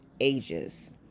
ages